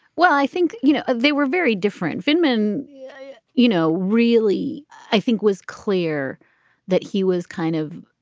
well, i think, you know, they were very different, venkman yeah you know, really i think was clear that he was kind of.